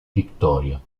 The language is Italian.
victoria